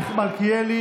אני מוסיף את שמך.